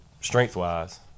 strength-wise